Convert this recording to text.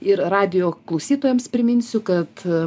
ir radijo klausytojams priminsiu kad